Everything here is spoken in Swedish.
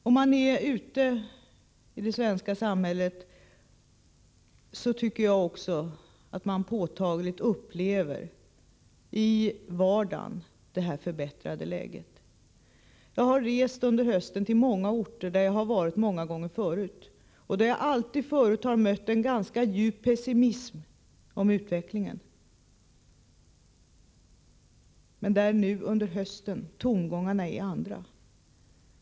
Om man är ute i det svenska samhället upplever man påtagligt, i vardagen, det förbättrade arbetsmarknadsläget. Jag har under hösten rest till många orter där jag varit flera gånger förut och då alltid mött en ganska djup pessimism inför utvecklingen. I dag är det andra tongångar på dessa orter.